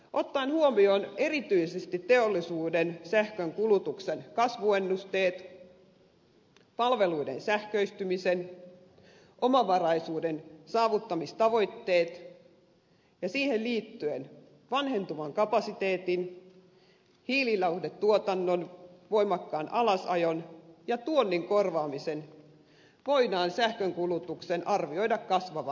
ottaen huomioon erityisesti teollisuuden sähkönkulutuksen kasvuennusteet palveluiden sähköistyminen omavaraisuuden saavuttamistavoitteet ja niihin liittyen vanhentuva kapasiteetti hiililauhdetuotannon voimakas alasajo ja tuonnin korvaaminen voidaan sähkönkulutuksen arvioida kasvavan edelleen